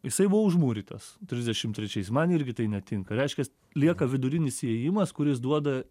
jisai buvo užmūrytas trisdešim trečiais man irgi tai netinka reiškias lieka vidurinis įėjimas kuris duoda